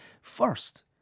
first